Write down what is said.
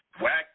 Whack